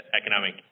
economic